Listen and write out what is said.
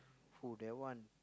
oh that one